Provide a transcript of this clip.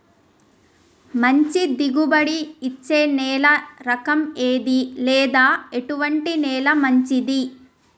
మంచి దిగుబడి ఇచ్చే నేల రకం ఏది లేదా ఎటువంటి నేల మంచిది?